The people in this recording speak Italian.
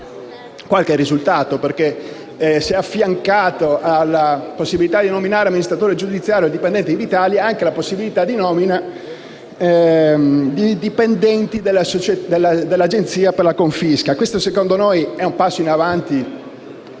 qualche risultato, perché si è affiancata alla possibilità di nominare un amministratore giudiziario dipendente di Invitalia anche la possibilità di nomina di dipendenti dell'Agenzia per la confisca. Questo, a nostro parere, è un passo in avanti